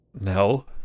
No